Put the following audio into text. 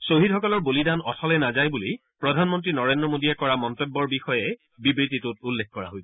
খ্বহীদসকলৰ বলিদান অথলে নাযায় বুলি প্ৰধানমন্ত্ৰী নৰেন্দ্ৰ মোদীয়ে কৰা মন্তব্যৰ বিষয়ে বিবৃতিটোত উল্লেখ কৰা হৈছে